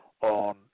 on